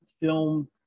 film